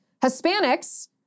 Hispanics